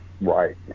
Right